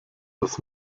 das